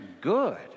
good